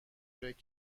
فکر